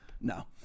no